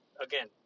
again